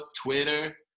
Twitter